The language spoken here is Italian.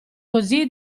così